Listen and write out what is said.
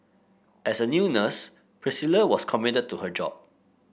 as a new nurse Priscilla was committed to her job